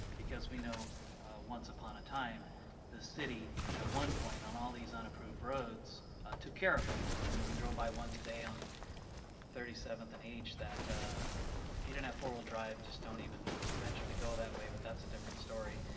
because we know once upon a time the city at one point on all these unapproved roads took care of them. i mean, we drove by one today on thirty seventh and h that if you didn't have four wheel drive, just don't even venture to go that way. but that's a different story.